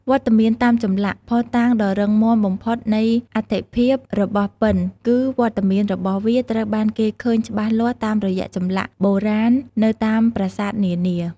វត្តមានតាមចម្លាក់ ភស្តុតាងដ៏រឹងមាំបំផុតនៃអត្ថិភាពរបស់ពិណ គឺវត្តមានរបស់វាត្រូវបានគេឃើញច្បាស់លាស់តាមរយៈចម្លាក់បុរាណនៅតាមប្រាសាទនានា។